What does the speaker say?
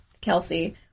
Kelsey